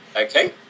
Okay